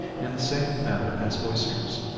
in the same manner as oysters.